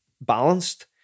balanced